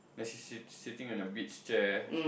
then she's she sitting on a beach chair